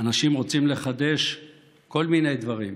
אנשים רוצים לחדש כל מיני דברים,